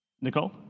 Nicole